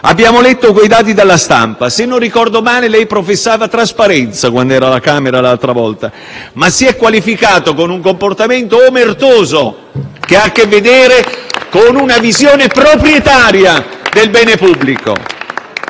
Abbiamo letto quei dati dalla stampa. Se non ricordo male, lei professava trasparenza in occasione dell'esame delle mozioni alla Camera, ma si è qualificato con un comportamento omertoso, che ha a che vedere con una visione proprietaria del bene pubblico.